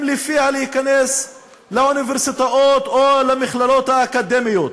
לפיה להיכנס לאוניברסיטאות או למכללות האקדמיות?